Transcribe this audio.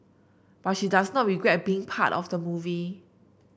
but she does not regret being part of the movie